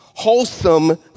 Wholesome